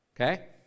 okay